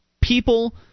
people